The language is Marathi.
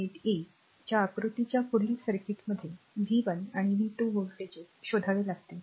18 a च्या आकृतीच्या पुढील सर्किटमध्ये v 1 आणि v 2 व्होल्टेजेस शोधावे लागतील